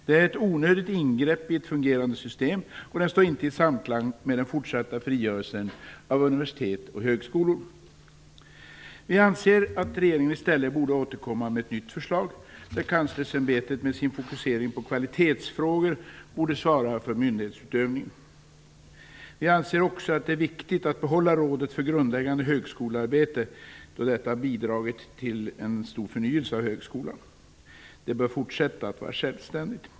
Det är ett onödigt ingrepp i ett fungerande system, och det står inte i samklang med den fortsatta frigörelsen av universitet och högskolor. Vi anser att regeringen i stället borde återkomma med ett nytt förslag, där Kanslersämbetet med sin fokusering på kvalitetsfrågor borde svara för myndighetsutövningen. Vi anser också att det är viktigt att behålla Rådet för grundläggande högskolearbete, då detta bidragit till en stor förnyelse av högskolan. Det bör fortsätta att vara självständigt.